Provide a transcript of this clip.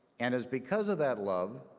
and it's because of that love,